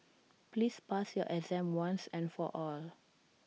please pass your exam once and for all